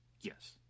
Yes